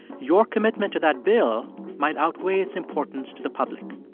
your commitment to that bill might outweigh its importance to the public.